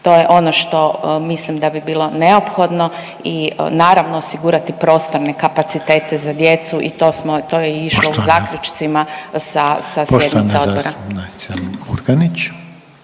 To je ono što mislim da bi bilo neophodno i naravno osigurati prostorne kapacitete za djecu i to smo, to je i išlo u zaključcima sa sjednica odbora.